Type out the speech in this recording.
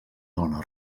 dona